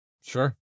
Sure